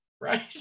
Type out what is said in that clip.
right